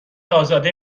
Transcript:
ازاده